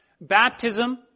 Baptism